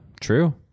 True